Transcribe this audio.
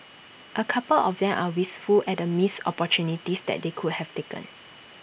A couple of them are wistful at the missed opportunities that they could have taken